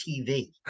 TV